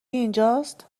اینجاست